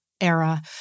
era